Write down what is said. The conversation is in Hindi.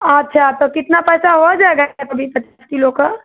अच्छा तो कितना पैसा हो जाएगा इतने का बीस पच्चीस किलो का